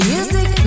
Music